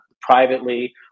privately